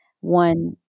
One